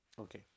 Okay